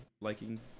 liking